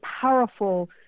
powerful